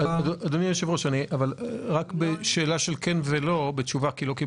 שאלה שהתשובה עליה כן ולא.